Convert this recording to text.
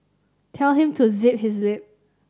tell him to zip his lip